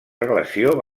relació